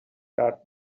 درد